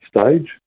stage